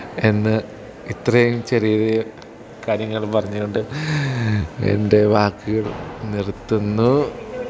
എന്ന് ഇത്രയും ചെറിയ കാര്യങ്ങൾ പറഞ്ഞു കൊണ്ട് എൻ്റെ വാക്കുകൾ നിർത്തുന്നു